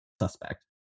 suspect